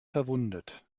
verwundet